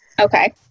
Okay